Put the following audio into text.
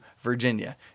Virginia